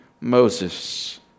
Moses